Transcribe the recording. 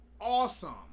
awesome